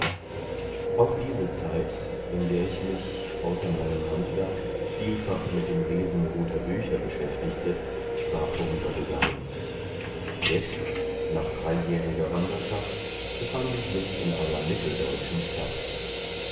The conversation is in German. auch diese zeit in der ich mich außer meinem handwerk vielfach mit dem lesen guter bücher beschäftigte war vorübergegangen jetzt nach dreijähriger wanderschaft befand ich mich in einer mitteldeutschen stadt